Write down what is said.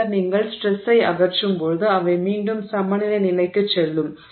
பின்னர் நீங்கள் ஸ்ட்ரெஸ்ஸை அகற்றும்போது அவை மீண்டும் சமநிலை நிலைக்குச் செல்லும்